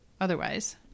otherwise